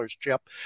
chip